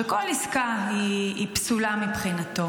שכל עסקה היא פסולה מבחינתו,